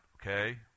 okay